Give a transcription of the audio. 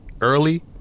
early